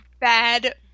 bad